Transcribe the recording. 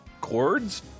chords